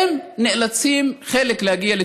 והם נאלצים להגיע,